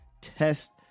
test